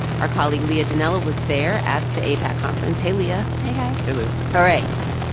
our colleague leah donnella was there at the aipac conference hey, leah hey, guys hey, leah all right.